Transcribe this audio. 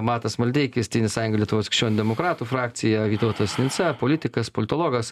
matas maldeikis tėvynės sąjunga lietuvos krikščionių demokratų frakcija vytautas sinica politikas politologas